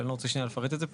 אני לא רוצה לפרט את זה פה.